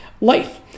life